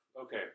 Okay